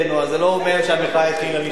זה לא אומר שהמחאה התחילה משם.